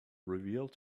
revealed